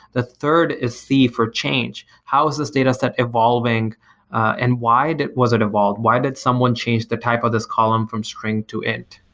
the third is c, for change. how is this dataset evolving and why was it evolved? why did someone change the type of this column from string to end?